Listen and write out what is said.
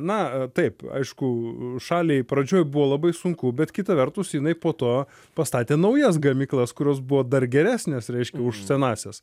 na taip aišku šaliai pradžioj buvo labai sunku bet kita vertus jinai po to pastatė naujas gamyklas kurios buvo dar geresnės reiškia už senąsias